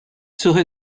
serait